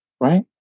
right